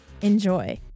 Enjoy